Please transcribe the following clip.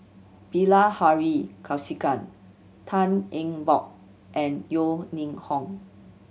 Bilahari Kausikan Tan Eng Bock and Yeo Ning Hong